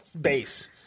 base